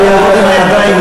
לא כדאי לך.